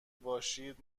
باشید